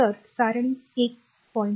तर सारणी 1